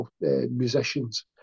musicians